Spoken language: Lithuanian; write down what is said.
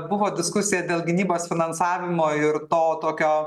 buvo diskusija dėl gynybos finansavimo ir to tokio